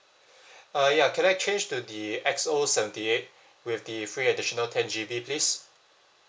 uh ya can I change to the X_O seventy eight with the free additional ten G_B please